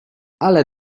ale